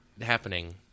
happening